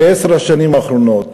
בעשר השנים האחרונות,